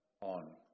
on